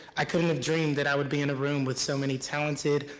i couldn't have dreamed that i would be in a room with so many talented,